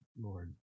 Lord